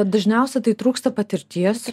dažniausiai tai trūksta patirties